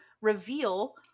reveal